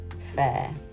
fair